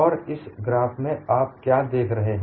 और इस ग्राफ में आप क्या देख रहे हैं